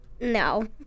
No